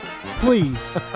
Please